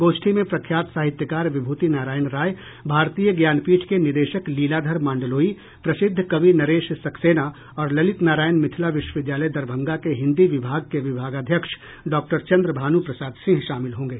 गोष्ठी में प्रख्यात साहित्यकार विभूति नारायण राय भारतीय ज्ञानपीठ के निदेशक लीलाधर मांडलोई प्रसिद्ध कवि नरेश सक्सेना और ललित नारायण मिथिला विश्वविद्यालय दरभंगा के हिंदी विभाग के विभागाध्यक्ष डॉ चंद्र भानु प्रसाद सिंह शामिल होंगे